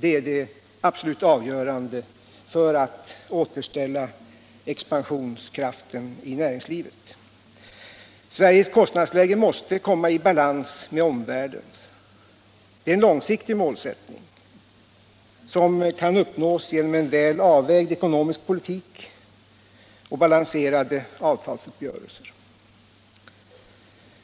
Det är det absolut avgörande för att återställa expansionskraften i näringslivet. Sveriges kostnadsläge måste komma i balans med omvärldens. Det är en långsiktig målsättning, som kan uppnås genom en väl avvägd ekonomisk politik och balanserade avtalsuppgörelser.